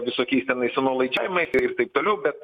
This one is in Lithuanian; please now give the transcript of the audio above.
visokiais tenais nuoliadžiavimais ir taip toliau bet